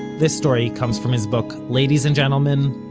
this story comes from his book ladies and gentlemen,